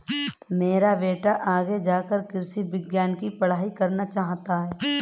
मेरा बेटा आगे जाकर कृषि विज्ञान की पढ़ाई करना चाहता हैं